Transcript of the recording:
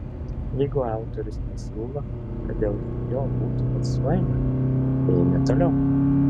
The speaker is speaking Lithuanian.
jeigu autorius nesiūlo kad dėl jo būtų balsuojama tai eime toliau